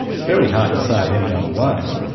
it's very hard to say it any other way,